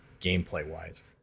gameplay-wise